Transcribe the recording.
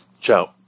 Ciao